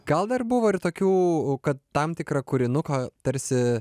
gal dar buvo ir tokių kad tam tikrą kūrinuką tarsi